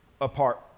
apart